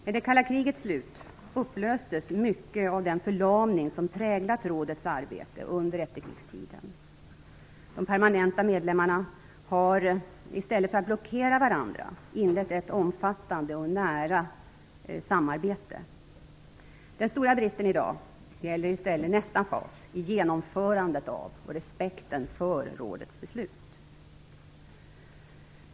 Med det kalla krigets slut upplöstes mycket av den förlamning som präglat rådets arbete under efterkrigstiden. De permanenta medlemmarna har i stället för att blockera varandra inlett ett omfattande och nära samarbete. Den stora bristen i dag gäller i stället nästa fas: genomförandet av och respekten för rådets beslut.